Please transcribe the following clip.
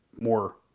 More